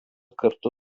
kartu